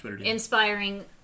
inspiring